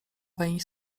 weń